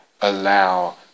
allow